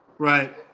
Right